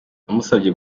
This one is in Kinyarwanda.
namusabye